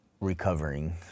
recovering